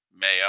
mayo